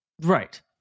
Right